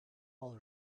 all